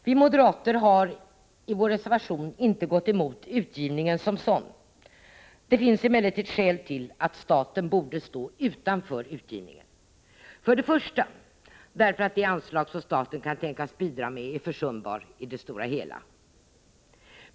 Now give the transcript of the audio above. Vi moderater har i vår reservation inte gått emot utgivningen som sådan. Det finns emellertid skäl tillatt staten borde stå utanför utgivningen — först och främst det skälet att det anslag som staten kan tänkas bidra med är försumbart i det stora hela.